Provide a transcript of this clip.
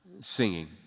singing